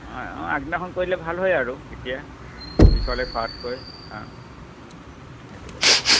অঁ অঁ আগদিনাখন কৰি দিলে ভাল হয় আৰু তেতিয়া পিছলৈ থোৱাতকৈ অঁ সেইটো কথা